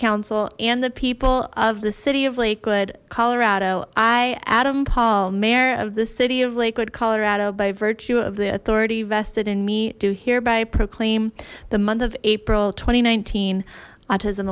council and the people of the city of lakewood colorado i adam paul mayor of the city of lakewood colorado by virtue of the authority vested in me do hereby proclaim the month of april twenty nineteen